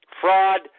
fraud